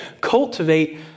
cultivate